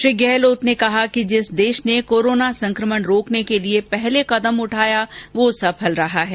श्री गहलोत ने कहा कि जिस देश ने कोरोना संकमण रोकने के लिए पहले कदम उठाया वह सफल रहा है